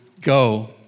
go